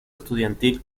estudiantil